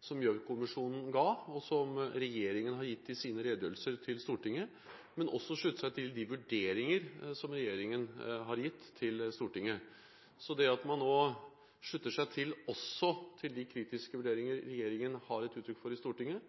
som Gjørv-kommisjonen ga, og som regjeringen har gitt i sine redegjørelser til Stortinget, og som også slutter seg til de vurderinger som regjeringen har gitt til Stortinget. Det at et enstemmig storting nå slutter seg til de kritiske vurderinger regjeringen har gitt uttrykk for i Stortinget,